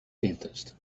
dentist